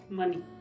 money